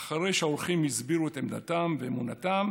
"אחרי שהאורחים הסבירו את עמדתם ואמונתם,